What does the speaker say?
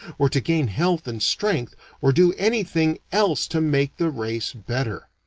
or to gain health and strength or do anything else to make the race better.